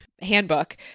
handbook